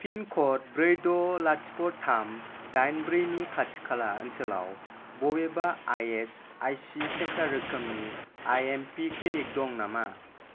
पिनकड ब्रै द' लाथिख' थाम डाइन ब्रै नि खाथि खाला ओनसोलाव बबेबा आइएसआइसि सेन्टार रोखोमनि आइएमपि क्लिनिक दं नामा